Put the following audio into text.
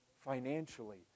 financially